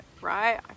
right